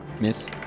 Miss